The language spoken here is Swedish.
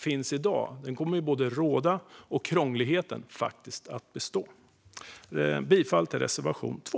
Annars kommer den orättvisa och den krånglighet som finns i dag att bestå. Jag yrkar bifall till reservation 2.